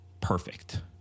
perfect